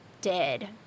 dead